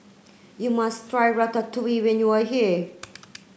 you must try Ratatouille when you are here